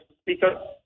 Speaker